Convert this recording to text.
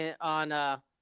on